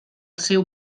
seu